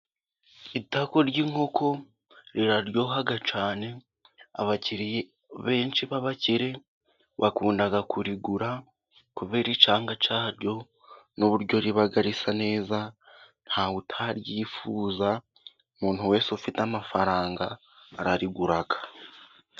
Itako ry'inkoko riraryoha cyane, abakirya benshi b'abakire bakunda kurigura, kubera icyanga cyaryo n'uburyo riba risa neza, nta we utaryifuza. Umuntu wese ufite amafaranga ararigura.